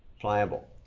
Pliable